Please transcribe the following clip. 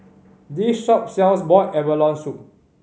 this shop sells boiled abalone soup